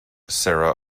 sarah